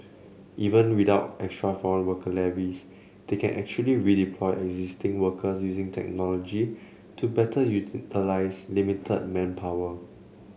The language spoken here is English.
even without extra foreign worker levies they can actually redeploy existing workers using technology to better utilise limited manpower